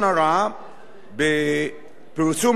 שבפרסום לשון הרע לאדם או יותר,